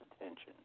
attention